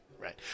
right